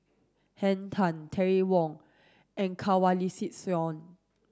Henn Tan Terry Wong and Kanwaljit Soin